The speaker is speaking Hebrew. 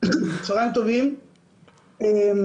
אני